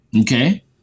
Okay